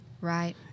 Right